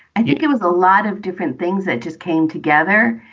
and yet it was a lot of different things that just came together.